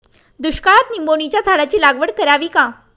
दुष्काळात निंबोणीच्या झाडाची लागवड करावी का?